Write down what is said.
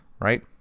right